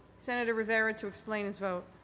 senator rivera to explains his vote.